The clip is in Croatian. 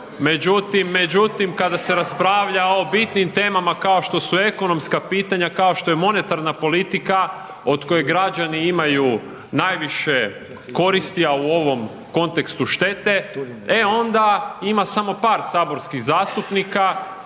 međutim kada se raspravlja o bitnim temama kao što su ekonomska pitanja, kao što je monetarna politika od koje građani imaju najviše koristi, a u ovom kontekstu štete, e onda ima samo par saborskih zastupnika